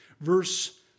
verse